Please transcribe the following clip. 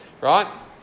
Right